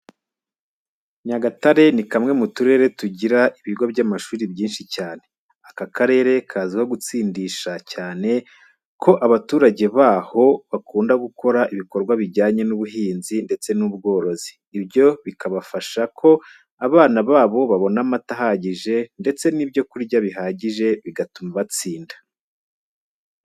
Nyagatare ni kamwe mu turere tugira ibigo by'amashuri byinshi cyane. Aka karere kazwiho gutsindisha cyane ko abaturage baho bakunda gukora ibikorwa bijyanye n'ubuhinzi ndetse n'ubworozi, ibyo bikabafasha ko abana babo babona amata ahagije ndetse n'ibyo kurya bihagije bigatuma batsinda.